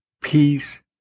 peace